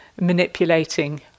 manipulating